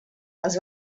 els